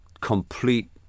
complete